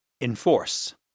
Enforce